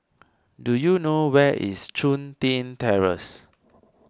do you know where is Chun Tin Terrace